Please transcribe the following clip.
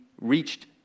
reached